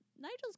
Nigel's